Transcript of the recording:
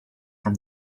from